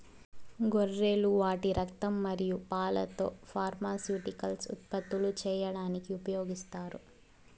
గొర్రెలు వాటి రక్తం మరియు పాలతో ఫార్మాస్యూటికల్స్ ఉత్పత్తులు చేయడానికి ఉపయోగిస్తారు